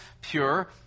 pure